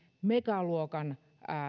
megaluokan